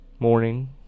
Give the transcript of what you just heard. Morning